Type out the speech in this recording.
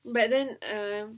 but then uh